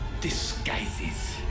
disguises